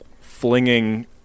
flinging